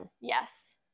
Yes